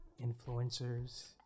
influencers